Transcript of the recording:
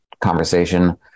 conversation